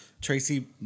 Tracy